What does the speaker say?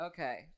Okay